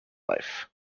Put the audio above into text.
life